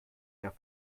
der